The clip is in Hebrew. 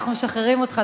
אנחנו משחררים אותך,